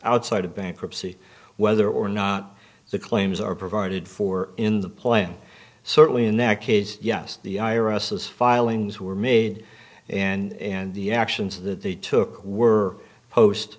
outside of bankruptcy whether or not the claims are provided for in the plan certainly in that case yes the i r s has filings were made and the actions that they took were post